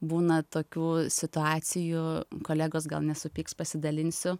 būna tokių situacijų kolegos gal nesupyks pasidalinsiu